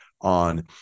on